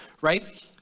right